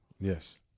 Yes